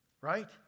right